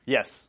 Yes